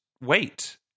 wait